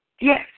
Yes